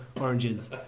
oranges